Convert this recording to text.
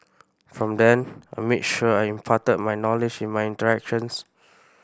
from then I made sure I imparted my knowledge in my interactions